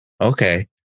Okay